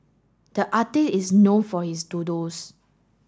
the artist is known for his doodles